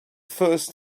first